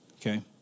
okay